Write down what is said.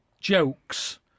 jokes